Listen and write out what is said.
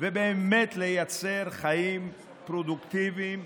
ובאמת לייצר חיים פרודוקטיביים,